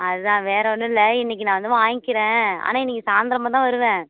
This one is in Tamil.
அது தான் வேறு ஒன்றும்ல இன்னைக்கு நான் வந்து வாய்ங்கிறேன் ஆனால் இன்னைக்கு சாயந்தரமா தான் வருவேன்